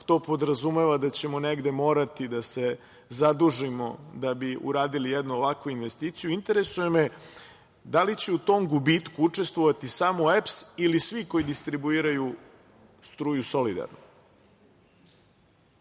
to podrazumeva da ćemo negde morati da se zadužimo da bi uradili jednu ovakvu investiciju. Interesuje me da li će u tom gubitku učestvovati samo EPS ili svi koji distribuiraju struju solidarno?